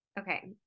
Okay